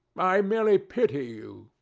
i merely pity you.